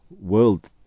world